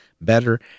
better